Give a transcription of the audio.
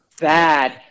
bad